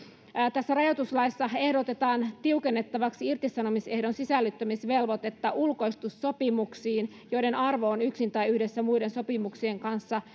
tässä rajoituslaissa ehdotetaan tiukennettavaksi irtisanomisehdon sisällyttämisvelvoitetta ulkoistussopimuksiin joiden arvo yksin tai yhdessä muiden sopimuksien kanssa